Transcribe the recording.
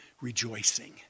rejoicing